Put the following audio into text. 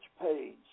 page